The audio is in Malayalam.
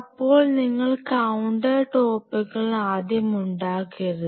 അപ്പോൾ നിങ്ങൾ കൌണ്ടർ ടോപ്പുകൾ ആദ്യം ഉണ്ടാക്കരുത്